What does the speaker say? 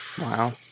wow